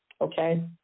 okay